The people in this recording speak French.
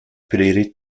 prairies